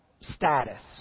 status